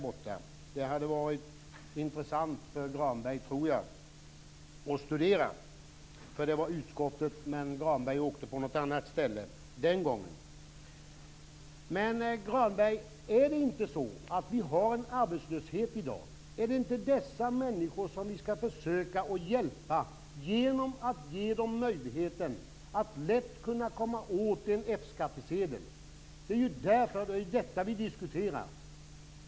Jag tror att det hade varit intressant för honom att studera situationen där. Utskottet var där på en resa, men Granberg åkte den gången någon annanstans. Är det inte så, Granberg, att vi har arbetslöshet i Sverige i dag? Skall vi då inte försöka hjälpa de arbetslösa människorna genom att ge dem möjligheten att lätt kunna få en F-skattsedel? Det är ju detta vi diskuterar.